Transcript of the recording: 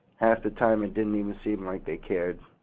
half the time, it didn't even seem like they cared.